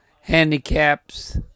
handicaps